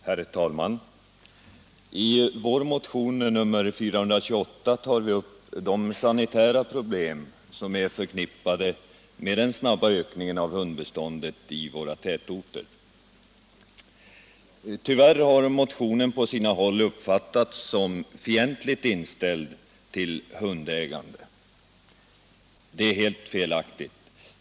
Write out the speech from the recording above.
Herr talman! I vår motion nr 428 tar vi upp de sanitära problem som är förknippade med den snabba ökningen av hundbeståndet i våra tätorter. Tyvärr har motionen på sina håll uppfattats som fientligt inställd till hundägande. Det är helt felaktigt.